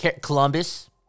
Columbus